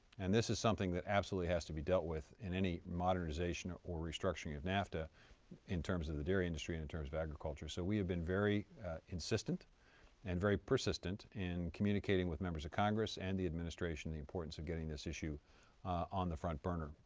and this is something that absolutely has to be dealt with in any modernization or or restructuring of nafta in terms of the dairy industry and in terms of agriculture. so we have been very insistent and very persistent in communicating with members of congress and the administration the importance of getting this issue on the front burner.